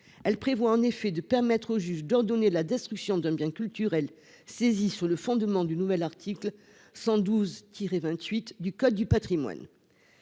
Elle prévoit en effet de permettre au juge d'ordonner la destruction d'un bien culturel saisi sur le fondement du nouvel article L. 112-28 du code du patrimoine.